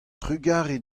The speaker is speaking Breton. trugarez